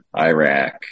Iraq